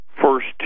first